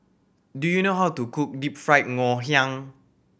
do you know how to cook deep fry Ngoh Hiang